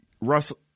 Russell